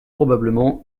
probablement